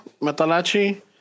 Metalachi